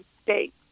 states